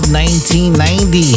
1990